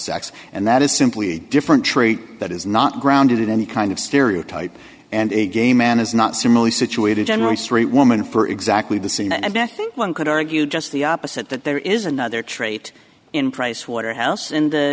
sex and that is simply a different trait that is not grounded in any kind of stereotype and a gay man is not similarly situated generally straight woman for exactly the same and i think one could argue just the opposite that there is another trait in pricewaterhouse